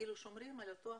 כאילו שומרים על אותו אחוז.